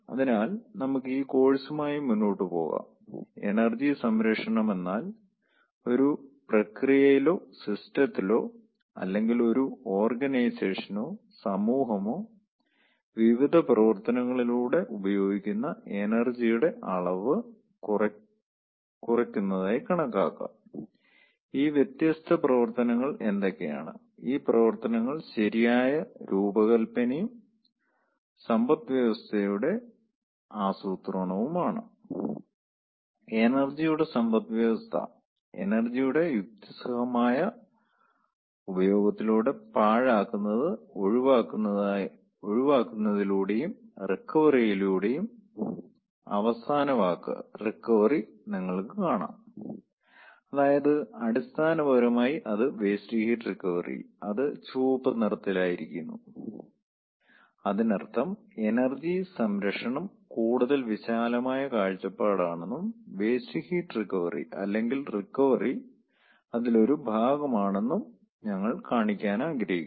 അതിനാൽ നമുക്ക് ഈ കോഴ്സുമായി മുന്നോട്ട് പോകാം എനർജി സംരക്ഷണം എന്നാൽ ഒരു പ്രക്രിയയിലോ സിസ്റ്റത്തിലോ അല്ലെങ്കിൽ ഒരു ഓർഗനൈസേഷനോ സമൂഹമോ വിവിധ പ്രവർത്തനങ്ങളിലൂടെ ഉപയോഗിക്കുന്ന എനർജിയുടെ അളവ് കുറയ്ക്കുന്നതായി കണക്കാക്കാം ഈ വ്യത്യസ്ത പ്രവർത്തനങ്ങൾ എന്തൊക്കെയാണ് ഈ പ്രവർത്തനങ്ങൾ ശരിയായ രൂപകൽപ്പനയും സമ്പദ്വ്യവസ്ഥയുടെ ആസൂത്രണവുമാണ് എനർജിയുടെ സമ്പദ്വ്യവസ്ഥ എനർജിയുടെ യുക്തിസഹമായ ഉപയോഗത്തിലൂടെ പാഴാക്കുന്നത് ഒഴിവാക്കുന്നതി ലൂടെയും റിക്കവറിയിലൂടെയും അവസാന വാക്ക് റിക്കവറി നിങ്ങൾക്ക് കാണാം അതായത് അടിസ്ഥാനപരമായി അത് വേസ്റ്റ് ഹീറ്റ് റിക്കവറി അത് ചുവപ്പ് നിറത്തിലാക്കിയിരിക്കുന്നു അതിനർത്ഥം എനർജി സംരക്ഷണം കൂടുതൽ വിശാലമായ കാഴ്ചപ്പാടാണെന്നും വേസ്റ്റ് ഹീറ്റ് റിക്കവറി അല്ലെങ്കിൽ റിക്കവറി അതിൽ ഒരു ഭാഗമാണെന്നും ഞങ്ങൾ കാണിക്കാൻ ആഗ്രഹിക്കുന്നു